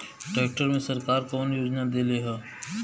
Tractor मे सरकार कवन योजना देले हैं?